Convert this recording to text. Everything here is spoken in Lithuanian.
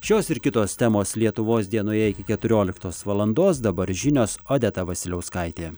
šios ir kitos temos lietuvos dienoje iki keturioliktos valandos dabar žinios odeta vasiliauskaitė